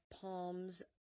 Palm's